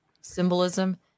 symbolism